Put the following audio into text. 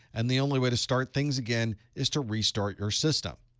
and the only way to start things again is to restart your system.